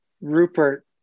Rupert